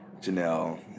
Janelle